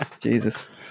Jesus